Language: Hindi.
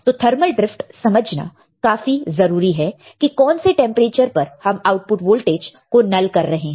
तो थर्मल ड्रिफ्ट समझना काफी जरूरी है की कौन से टेंपरेचर पर हम आउटपुट वोल्टेज को नल कर रहे हैं